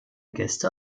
gäste